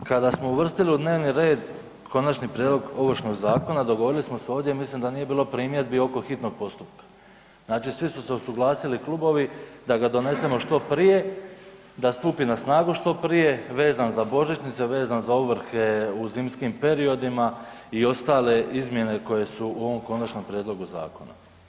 Kada smo uvrstili u dnevni red konačni prijedlog Ovršnog zakona dogovorili smo se ovdje i mislim da nije bilo primjedbi oko hitnog postupka, znači svi su se usuglasili klubovi da ga donesemo što prije, da stupi na snagu što prije vezano za božićnice, vezano za ovrhe u zimskim periodima i ostale izmjene koje su u ovom konačnom prijedlogu zakona.